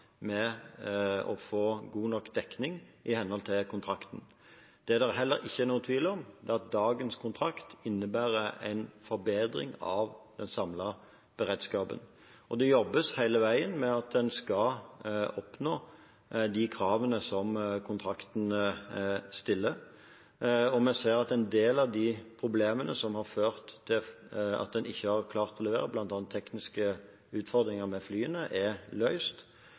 med å få god nok dekning i henhold til kontrakten. Det er heller ingen tvil om at dagens kontrakt innebærer en forbedring av den samlede beredskapen. Det jobbes hele veien med at en skal oppfylle de kravene som kontrakten stiller. Vi ser at en del av problemene som har ført til at en ikke har klart å levere, bl.a. tekniske utfordringer med flyene, er løst. Samtidig opplever vi at det fortsatt er utfordringer med god nok dekning, og dette forventer vi blir løst.